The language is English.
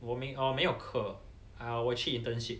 我明哦没有课 uh 我去 internship